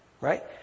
right